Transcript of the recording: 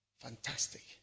Fantastic